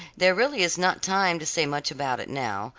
there really is not time to say much about it now,